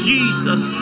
Jesus